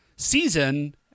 Season